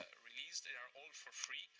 released. they are all for free.